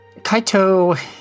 Kaito